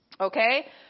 Okay